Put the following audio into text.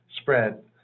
spread